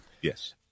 Yes